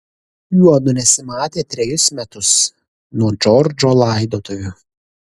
juodu nesimatė trejus metus nuo džordžo laidotuvių